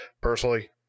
personally